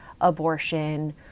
abortion